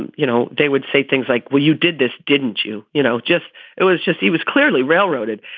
and you know, they would say things like, well, you did this, didn't you? you know, just it was just he was clearly railroaded.